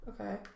Okay